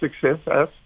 success